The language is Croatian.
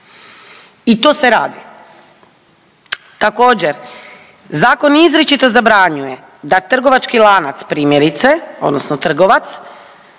i to se radi. Također, zakon izričito zabranjuje da trgovački lanac primjerice odnosno trgovac